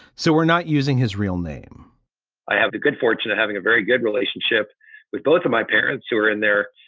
so we're not using his real name i have the good fortune of having a very good relationship with both of my parents who are in there.